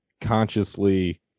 consciously